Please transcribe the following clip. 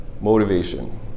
motivation